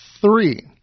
three